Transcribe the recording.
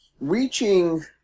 reaching